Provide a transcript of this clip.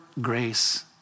grace